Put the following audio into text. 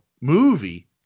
movie